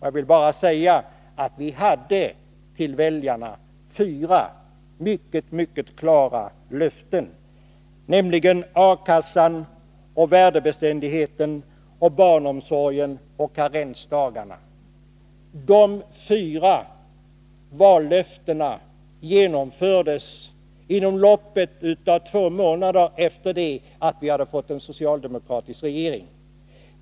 Jag vill bara säga att vi gav väljarna fyra mycket klara löften, nämligen beträffande A-kassan, värdebeständigheten, barnomsorgen och karensdagarna. Dessa fyra vallöften genomfördes inom loppet av två månader efter det att vi hade fått en socialdemokratisk regering.